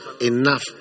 Enough